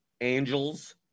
Angels